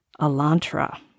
Elantra